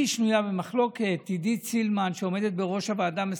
היה להילחם בעוצמה ובחוזקה על ארץ ישראל ועל עם ישראל.